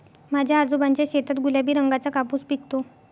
माझ्या आजोबांच्या शेतात गुलाबी रंगाचा कापूस पिकतो